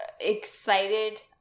excited